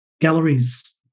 galleries